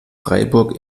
freiburg